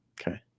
Okay